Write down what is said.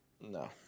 No